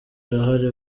arahari